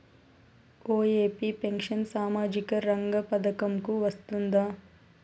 OAP pension సామాజిక రంగ పథకం కు వస్తుందా?